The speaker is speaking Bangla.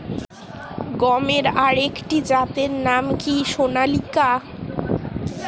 গমের আরেকটি জাতের নাম কি সোনালিকা?